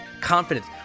confidence